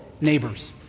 neighbors